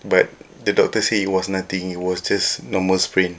but the doctor say it was nothing it was just normal sprain